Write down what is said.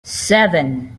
seven